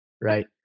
Right